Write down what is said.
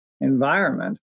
environment